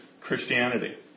Christianity